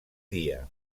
dia